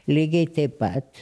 lygiai taip pat